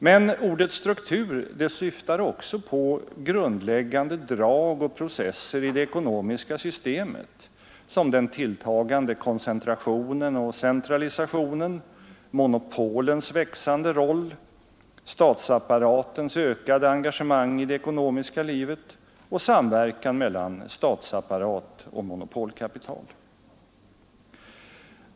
Men ordet struktur syftar också på grundläggande drag och processer i det ekonomiska systemet som den tilltagande koncentrationen och centralisationen, monopolens växande roll, statsapparatens ökade engagemang i det ekonomiska livet och samverkan mellan statsapparat och monopolkapital.